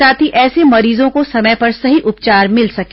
साथ ही ऐसे मरीजों को समय पर सही उपचार मिल सके